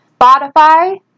Spotify